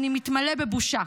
אני מתמלא בבושה.